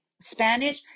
Spanish